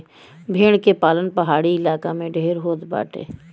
भेड़ के पालन पहाड़ी इलाका में ढेर होत बाटे